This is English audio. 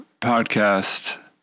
podcast